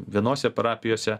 vienose parapijose